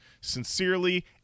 sincerely